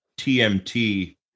TMT